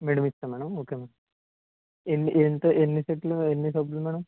మెడిమిక్సా madam okay madam ఎన్ని ఎంత ఎన్నిసెట్లు ఎన్ని సబ్బులు మేడం